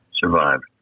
survived